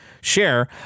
share